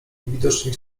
widocznie